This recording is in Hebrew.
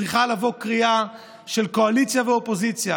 צריכה לבוא קריאה של קואליציה ואופוזיציה